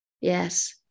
Yes